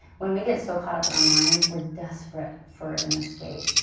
when we get so caught up in our mind we're desperate for an escape.